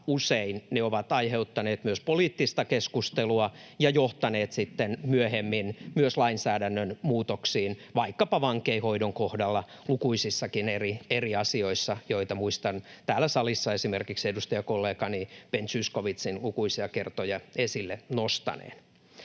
usein ne ovat aiheuttaneet myös poliittista keskustelua ja johtaneet sitten myöhemmin myös lainsäädännön muutoksiin vaikkapa vankeinhoidon kohdalla, lukuisissakin eri asioissa, joita muistan täällä salissa esimerkiksi edustajakollegani Ben Zyskowiczin lukuisia kertoja esille nostaneen.